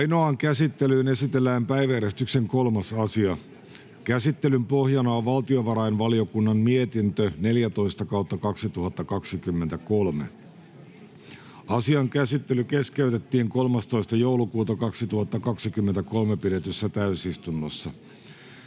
Ainoaan käsittelyyn esitellään päiväjärjestyksen 3. asia. Käsittelyn pohjana on valtiovarainvaliokunnan mietintö VaVM 14/2023 vp. Asian käsittely keskeytettiin 13.12.2023 pidetyssä täysistunnossa.